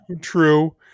True